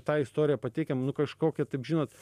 tą istoriją pateikiam nu kažkokią taip žinot